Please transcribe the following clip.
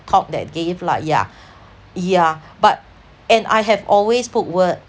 talk that gave lah yeah yeah but and I have always put work